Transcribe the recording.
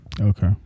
Okay